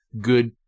good